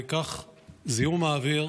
זיהום האוויר,